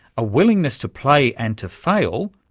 a willingness to play and to fail,